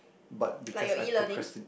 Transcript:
but because I procrasti~